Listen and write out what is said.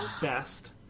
best